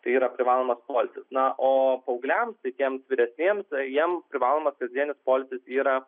tai yra privalomas poilsis na o paaugliams tai tiems vyresniems jiems privaloma kasdienis poilsis yra